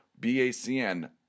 BACN